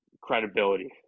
credibility